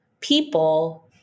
people